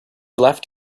left